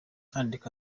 andika